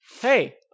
Hey